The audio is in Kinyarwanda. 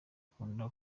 akunda